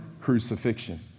crucifixion